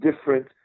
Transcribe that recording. different